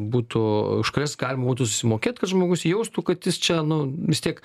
būtų už kurias galima būtų sumokėt kad žmogus jaustų kad jis čia nu vis tiek